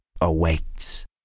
awaits